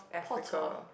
Potter